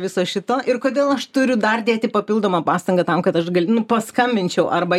viso šito ir kodėl aš turiu dar dėti papildomą pastangą tam kad aš gal nu paskambinčiau arba